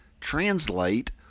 translate